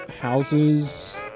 houses